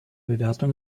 bewertung